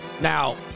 Now